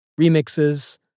remixes